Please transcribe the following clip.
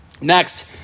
Next